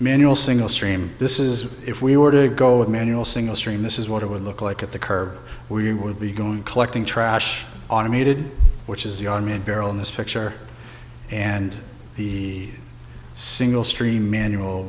manual single stream this is if we were to go with a manual single stream this is what it would look like at the curb we would be going collecting trash automated which is the army and barrel in this picture and the single stream manual